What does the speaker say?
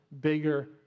bigger